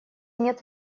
нет